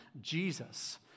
Jesus